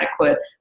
adequate